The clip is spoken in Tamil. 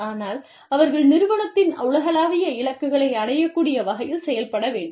ஆனால் அவர்கள் நிறுவனத்தின் உலகளாவிய இலக்குகளை அடையக்கூடிய வகையில் செயல்பட வேண்டும்